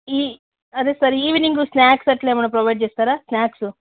ఈ అదే sir evening snacks అట్లా ఏమైనా ప్రొవైడ్ చేస్తారా స్నాక్సు